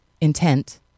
intent